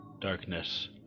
darkness